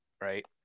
right